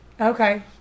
okay